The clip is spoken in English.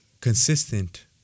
consistent